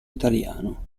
italiano